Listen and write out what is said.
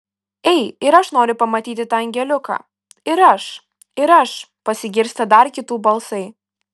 ei ir aš noriu pamatyti tą angeliuką ir aš ir aš pasigirsta dar kitų balsai